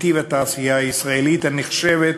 והטיב של התעשייה הישראלית, הנחשבת